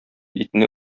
итне